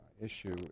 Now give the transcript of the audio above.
issue